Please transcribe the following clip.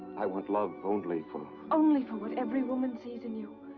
i want love only for only for what every woman sees in you.